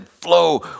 flow